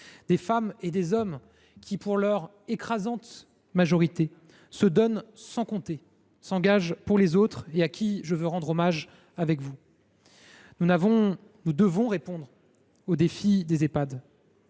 des femmes et des hommes qui, dans leur écrasante majorité, se donnent sans compter et s’engagent pour les autres ; je veux leur rendre hommage avec vous. Nous devons répondre aux défis des Ehpad,